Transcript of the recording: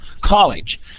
college